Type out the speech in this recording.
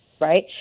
right